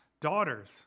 daughters